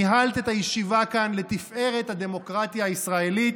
ניהלת את הישיבה כאן לתפארת הדמוקרטיה הישראלית,